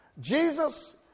Jesus